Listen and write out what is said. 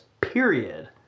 period